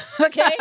okay